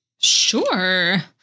Sure